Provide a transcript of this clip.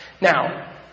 Now